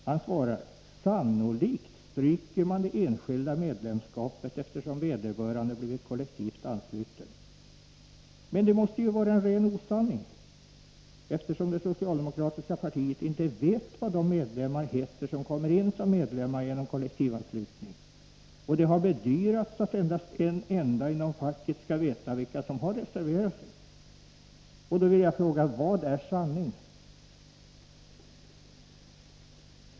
Han svarar: ”Sannolikt stryker man det enskilda medlemskapet, eftersom vederbörande blir kollektivt ansluten.” Detta måste vara en ren osanning, eftersom det socialdemokratiska partiet inte vet vad de medlemmar heter som kommer in som medlemmar genom kollektivanslutning, och det har bedyrats att endast en enda inom facket skall veta vilka som har reserverat sig mot medlemskap.